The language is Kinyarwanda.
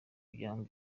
byabo